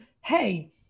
hey